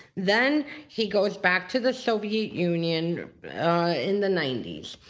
then he goes back to the soviet union in the ninety s.